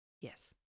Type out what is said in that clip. Yes